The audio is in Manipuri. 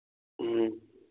ꯎꯝ